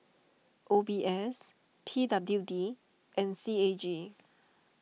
O B S P W D and C A G